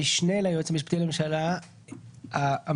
אנחנו מנסים לזהות את המדינות שבהן יש תחלואה